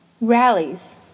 Rallies